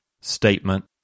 statement